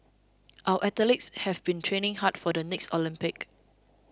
our athletes have been training hard for the next Olympics